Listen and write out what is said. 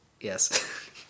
yes